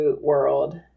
world